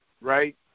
right